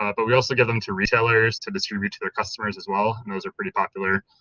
um but we also get them to retailers to distribute to their customers as well, and those are pretty popular,